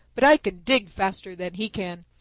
but i can dig faster than he can.